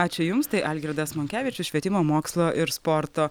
ačiū jums tai algirdas monkevičius švietimo mokslo ir sporto